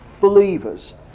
believers